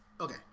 Okay